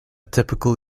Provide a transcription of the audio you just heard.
typical